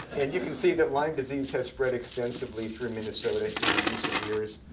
and you can see that lyme disease has spread extensively through minnesota in recent years.